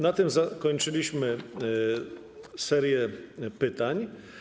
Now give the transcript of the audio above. Na tym zakończyliśmy serię pytań.